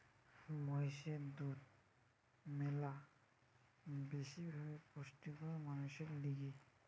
মহিষের দুধ ম্যালা বেশি ভাবে পুষ্টিকর মানুষের লিগে